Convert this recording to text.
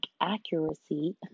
accuracy